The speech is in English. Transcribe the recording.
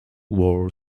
war